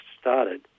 started